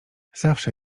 zawsze